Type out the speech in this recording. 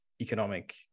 economic